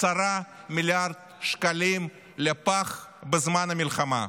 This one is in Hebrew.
10 מיליארד שקלים לפח בזמן המלחמה.